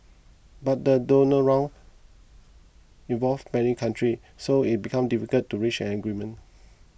but the Doha Round involves many countries so it becomes difficult to reach an agreement